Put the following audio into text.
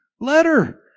letter